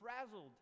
frazzled